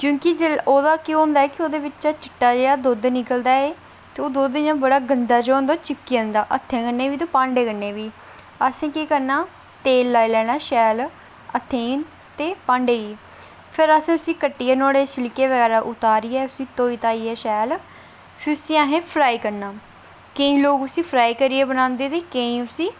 क्योंकि ओह्दा केह् होंदा है कि ओह्दे बिच्चा चिट्टा जेहा दुद्ध निकलदा ऐ ते ओह् दुद्ध बड़ा गंदा जेहा होंदा चिपकी जंदा हत्थै कन्नै बी भांडे कनै बी असें केह् करना तेल लाई लेना शैल हत्थें गी ते भांडे गी फिर असें उसी कट्टियै नुआढ़े छिलके बगैरा उतारिऐ तोई ताहियैं शैल फिर उसी असें फ्राई करना केईं लोक उसी फ्राई करियै बनांदे केईं उसी